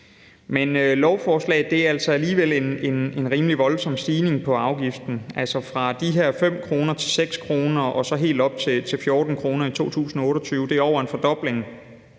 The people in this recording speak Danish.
Men lovforslaget giver altså alligevel en rimelig voldsom stigning på afgiften, altså fra de her 5 kr. til 6 kr. og så helt op til 14 kr. i 2028. Det er over en fordobling.